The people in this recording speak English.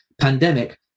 pandemic